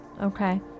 Okay